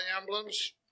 emblems